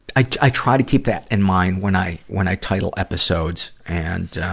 i, i try to keep that in mind when i, when i title episodes. and,